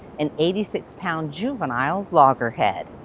an eighty six pound juvenile loggerhead.